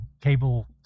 cable